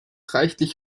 reichlich